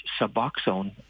suboxone